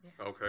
Okay